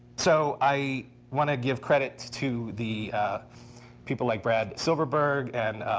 so i want to give credit to the people like brad silverberg and